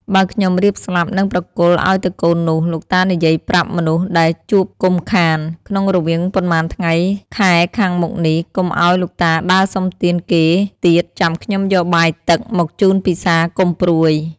បើខ្ញុំរៀបស្លាប់នឹងប្រគល់ឱ្យទៅកូននោះ លោកតានិយាយប្រាប់មនុស្សដែលជួបកុំខាន ក្នុងរវាងប៉ុន្មានថ្ងៃខែខាងមុខនេះកុំឱ្យលោកតាដើរសុំទានគេទៀតចាំខ្ញុំយកបាយទឹក មកជូនពិសាកុំព្រួយ ”។